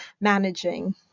managing